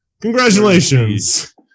Congratulations